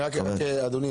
אדוני,